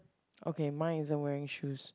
okay mine isn't wearing shoes